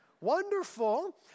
Wonderful